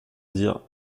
dire